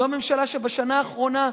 זו ממשלה שבשנה האחרונה,